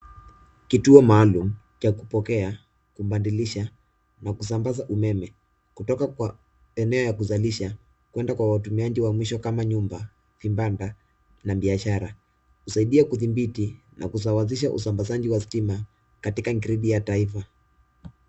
Kituo maalum cha kupokea , kubadilisha na kusambaza umeme kutoka kwa eneo ya kuzalisha kuenda kwa watumiaji wa mwisho kama nyumba , vibanda na biashara. Husaidia kudhibiti na kusawazisha usambazaji wa stima katika gridi ya taifa.